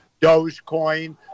Dogecoin